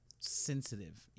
sensitive